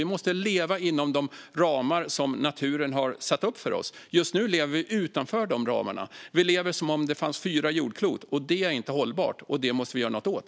Vi måste leva inom de ramar som naturen har satt upp för oss, men just nu lever vi utanför de ramarna. Vi lever som om det fanns fyra jordklot. Det är inte hållbart, och det måste vi göra något åt.